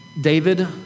David